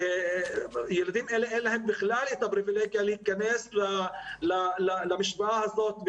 ילדים אלה אין להם בכלל את הפריבילגיה להיכנס למשוואה הזאת,